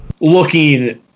looking